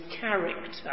character